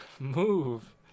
Move